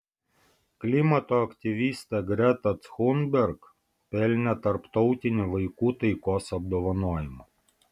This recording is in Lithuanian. klimato aktyvistė greta thunberg pelnė tarptautinį vaikų taikos apdovanojimą